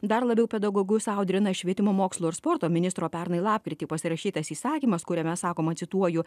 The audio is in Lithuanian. dar labiau pedagogus audrina švietimo mokslo ir sporto ministro pernai lapkritį pasirašytas įsakymas kuriame sakoma cituoju